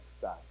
side